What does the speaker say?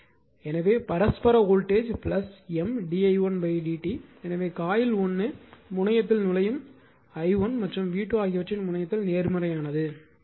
எனவே பரஸ்பர voltage M di1 dt எனவே காயில் 1 முனையத்தில் நுழையும் i1 மற்றும் v2 ஆகியவற்றின் முனையத்தில் நேர்மறையானது